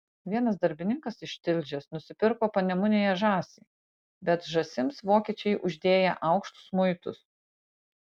vienas darbininkas iš tilžės nusipirko panemunėje žąsį bet žąsims vokiečiai uždėję aukštus muitus